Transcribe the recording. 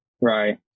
Right